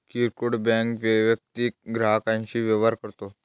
किरकोळ बँक वैयक्तिक ग्राहकांशी व्यवहार करते